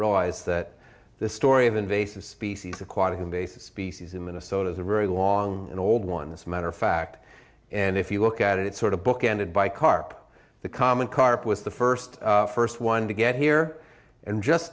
realize that the story of invasive species aquatic invasive species in minnesota is a very long and old one this matter of fact and if you look at it it's sort of bookended by carp the common carp was the first first one to get here and just